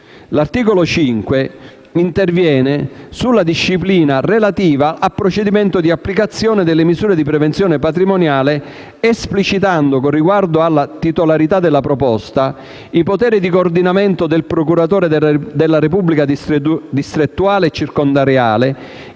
L'articolo 5 interviene sulla disciplina relativa al procedimento di applicazione delle misure di prevenzione patrimoniale, esplicitando, con riguardo alla titolarità della proposta, i poteri di coordinamento del procuratore della Repubblica distrettuale e circondariale